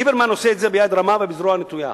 ליברמן עושה את זה ביד רמה ובזרוע נטויה.